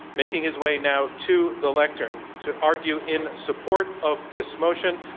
making his way now to the lectern to argue in support of this motion,